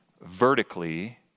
vertically